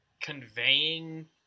conveying